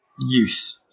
youth